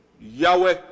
Yahweh